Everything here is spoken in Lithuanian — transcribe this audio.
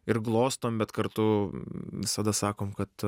ir glostom bet kartu visada sakom kad